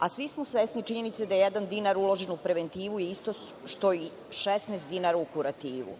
a svi smo svesni činjenice da jedan dinar uložen u preventivu je isto što i 16 dinara u kurativu.